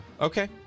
Okay